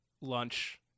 lunch